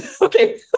okay